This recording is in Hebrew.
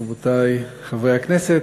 רבותי חברי הכנסת,